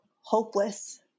hopeless